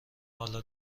حالا